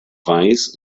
weiß